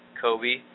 Kobe